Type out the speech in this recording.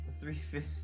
three-fifths